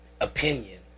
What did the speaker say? opinion